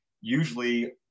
Usually